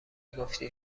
گفتی